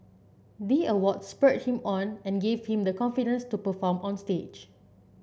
the award spurred him on and gave him the confidence to perform on stage